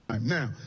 Now